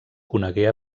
conegué